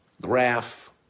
graph